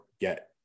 get